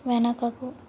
వెనకకు